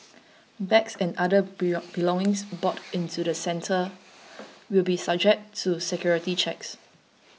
bags and other belongings brought into the centre will be subject to security checks